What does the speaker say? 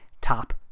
top